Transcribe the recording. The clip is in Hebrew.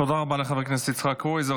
תודה רבה לחבר הכנסת יצחק קרויזר.